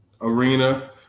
arena